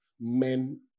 men